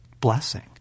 Blessing